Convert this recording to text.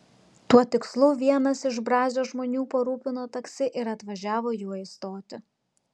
tuo tikslu vienas iš brazio žmonių parūpino taksi ir atvažiavo juo į stotį